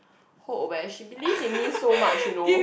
hope eh she believe in me so much you know